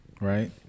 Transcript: right